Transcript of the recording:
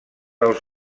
als